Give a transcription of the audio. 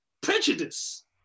prejudice